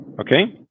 Okay